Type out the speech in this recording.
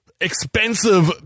expensive